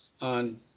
on